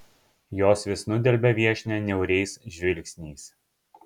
jos vis nudelbia viešnią niauriais žvilgsniais